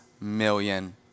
million